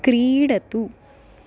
क्रीडतु